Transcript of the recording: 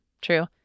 True